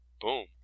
boom